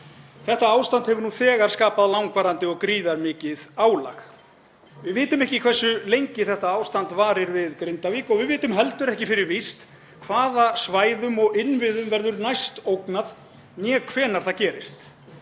Þetta ástand hefur nú þegar skapað langvarandi og gríðarmikið álag. Við vitum ekki hversu lengi þetta ástand varir við Grindavík og við vitum heldur ekki fyrir víst hvaða svæðum og innviðum verður næst ógnað né hvenær það gerist.